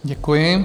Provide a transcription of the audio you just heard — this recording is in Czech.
Děkuji.